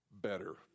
better